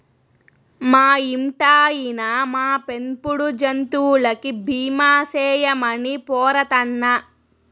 మా ఇంటాయినా, మా పెంపుడు జంతువులకి బీమా సేయమని పోరతన్నా